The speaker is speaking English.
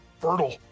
fertile